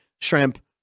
shrimp